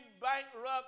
bankrupt